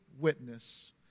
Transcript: witness